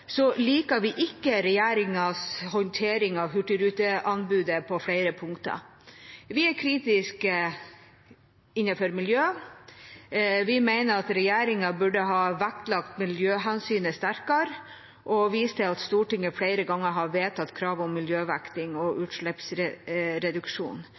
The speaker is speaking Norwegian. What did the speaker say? liker vi ikke regjeringens håndtering av hurtigruteanbudet på flere punkter. Vi er kritiske når det gjelder miljø. Vi mener at regjeringen burde ha vektlagt miljøhensynet sterkere, og vi viser til at Stortinget flere ganger har vedtatt krav om miljøvekting og